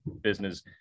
business